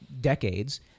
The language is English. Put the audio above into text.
decades